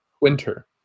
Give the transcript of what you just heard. winter